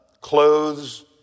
clothes